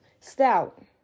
stout